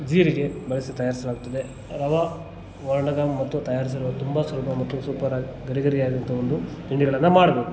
ಜೀರಿಗೆ ಬಳಸಿ ತಯಾರ್ಸ್ಲಾಗ್ತದೆ ರವ ಮತ್ತು ತಯಾರಿಸಿರುವ ತುಂಬ ಸುಲಭ ಮತ್ತು ಸೂಪರ್ ಗರಿ ಗರಿಯಾದಂಥ ಒಂದು ತಿಂಡಿಗಳನ್ನು ಮಾಡ್ಬೌದು